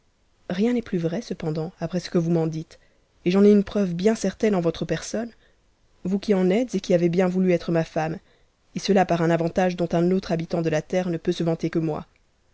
rien n'estplus vrai cependant après ce que vous m'en dites et j'en ai uue preuve bien certaine en votre personne vous qui en êtes et qui avez bien voulu être ma femme et cela par un avantage dont un autre habitant de in terre ne peut se vanter que moi